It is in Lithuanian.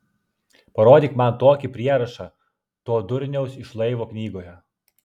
parodyk man tokį prierašą to durniaus iš laivo knygoje